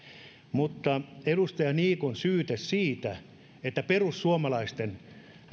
mutta edustaja niikon syyte siitä että perussuomalaisten